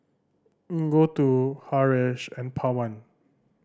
Gouthu Haresh and Pawan